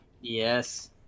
Yes